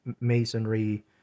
masonry